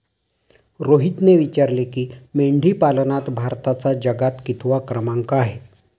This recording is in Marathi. रोहितने विचारले की, मेंढीपालनात भारताचा जगात कितवा क्रमांक आहे?